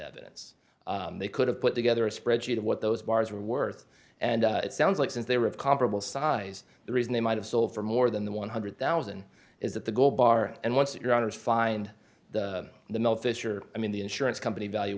evidence they could have put together a spreadsheet of what those bars were worth and it sounds like since they were of comparable size the reason they might have sold for more than the one hundred thousand is that the gold bar and once your honour's find the mill fisher i mean the insurance company valu